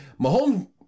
Mahomes